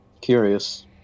Curious